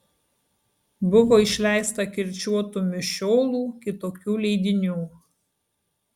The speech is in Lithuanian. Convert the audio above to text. buvo išleista kirčiuotų mišiolų kitokių leidinių